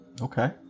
Okay